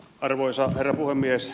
arvoisa herra puhemies